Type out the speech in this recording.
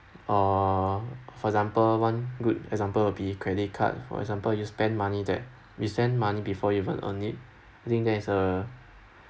uh for example one good example will be credit card for example you spend money that we spend money before even earn it I think that is a